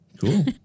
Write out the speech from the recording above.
Cool